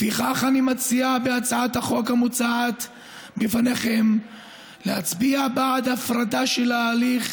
לפיכך אני מציע בהצעת החוק המוצעת בפניכם להצביע בעד הפרדה של ההליך